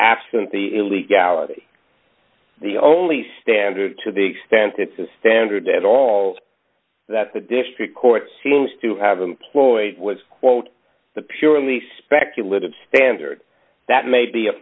absent the illegality the only standard to the extent it's a standard at all that the district court seems to have employed was quote the purely speculative standard that may be a